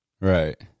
right